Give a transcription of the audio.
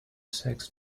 sex